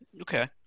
Okay